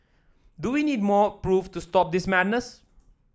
do we need more proof to stop this madness